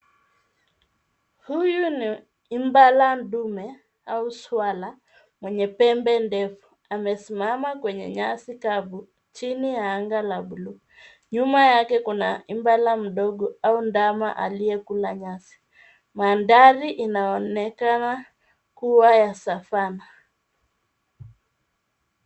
Huyu ni impala ndume au swara mwenye pembe ndefu amesimama kwenye nyasi kavu chini ya anga la buluu. Nyuma yake kuna impala mdogo au ndama aliyekula nyasi. Mandhari inaonekana kuwa ya savana.